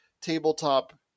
tabletop